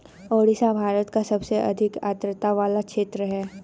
ओडिशा भारत का सबसे अधिक आद्रता वाला क्षेत्र है